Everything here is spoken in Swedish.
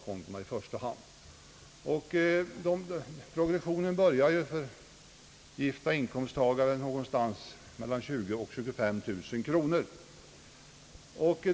För gifta inkomsttagare börjar progressionen någonstans i inkomstskiktet mellan 20 000 och 25 000 kronor.